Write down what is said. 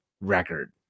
record